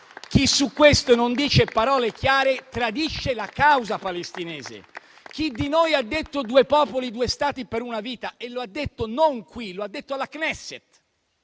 Chi su questo non dice parole chiare tradisce la causa palestinese. Chi di noi ha detto "due popoli, due Stati" per una vita e lo ha detto non qui, ma di fronte allo Knesset,